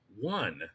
One